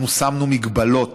שמנו הגבלות